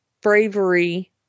bravery